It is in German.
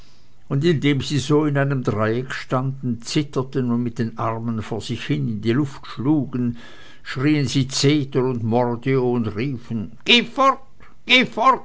und indem sie so in einem dreieck standen zitterten und mit den armen vor sich hin in die luft schlugen schrieen sie zetermordio und riefen geh fort